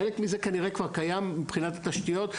חלק מזה כנראה כבר קיים מבחינת התשתיות,